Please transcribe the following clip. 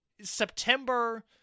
September